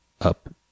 up